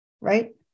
right